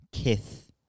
Kith